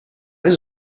does